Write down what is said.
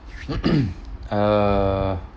uh